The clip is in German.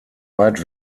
weit